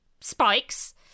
spikes